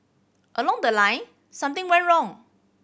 along the line something went wrong